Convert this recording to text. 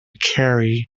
carry